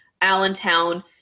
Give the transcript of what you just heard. Allentown